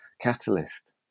catalyst